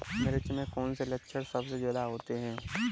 मिर्च में कौन से लक्षण सबसे ज्यादा होते हैं?